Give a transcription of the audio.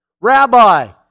Rabbi